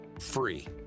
free